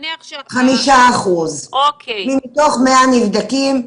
נניח 5%. מתוך 100 נבדקים,